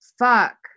fuck